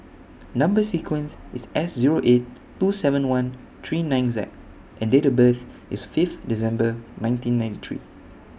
Number sequence IS S Zero eight two seven one three nine Z and Date of birth IS Fifth December nineteen ninety three